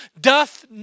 doth